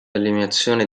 eliminazione